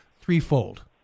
threefold